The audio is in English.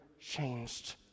changed